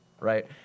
right